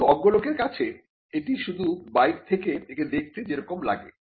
কিন্তু অজ্ঞ লোকের কাছে এটা শুধু বাইরে থেকে একে দেখতে যে রকম লাগে